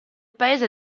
paese